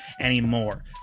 anymore